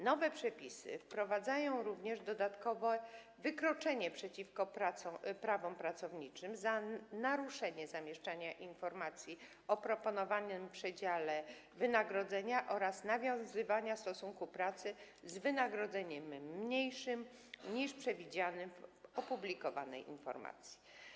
Nowe przepisy wprowadzają również dodatkowe wykroczenie przeciwko prawom pracowniczym - naruszenie obowiązku zamieszczania informacji o proponowanym przedziale wynagrodzenia oraz nawiązanie stosunku pracy za wynagrodzeniem mniejszym niż przewidziane w opublikowanej informacji.